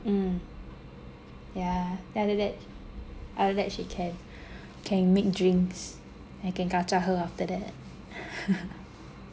mm yeah then after that after that she can can make drinks then I can kacau her after that